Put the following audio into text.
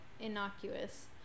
innocuous